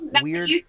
weird